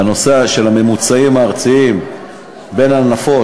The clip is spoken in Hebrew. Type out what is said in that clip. בנושא של הממוצעים הארציים בין הנפות,